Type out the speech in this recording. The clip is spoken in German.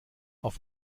auf